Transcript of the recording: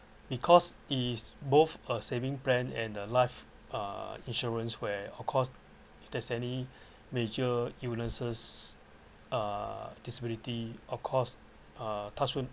because is both a savings plan and a life uh insurance where of course there's any major illnesses uh disability of course uh touch wood